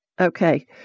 Okay